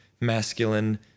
masculine